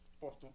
Porto